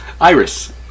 Iris